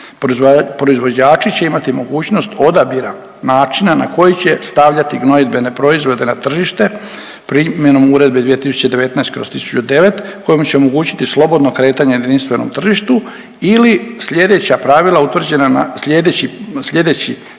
Proizvođači će imati mogućnost odabira načina na koji će stavljati gnojidbene proizvode na tržište primjenom Uredbe 2019/1009 kojom će omogućiti slobodno kretanje na jedinstvenom tržištu ili slijedeća pravila utvrđena na, slijedeći,